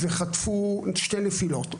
חטפו שתי נפילות,